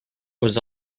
was